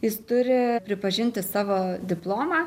jis turi pripažinti savo diplomą